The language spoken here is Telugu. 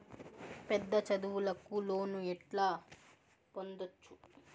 పెద్ద చదువులకు లోను ఎట్లా పొందొచ్చు